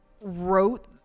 wrote